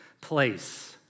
place